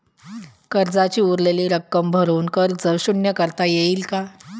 कर्जाची उरलेली रक्कम भरून कर्ज शून्य करता येईल का?